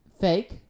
fake